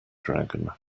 dragon